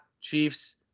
Chiefs